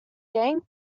gang